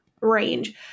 range